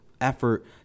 effort